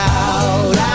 out